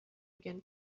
again